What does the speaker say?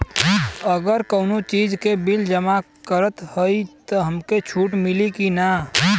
अगर कउनो चीज़ के बिल जमा करत हई तब हमके छूट मिली कि ना?